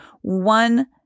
one